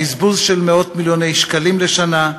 בזבוז של מאות מיליוני שקלים לשנה?